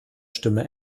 stimme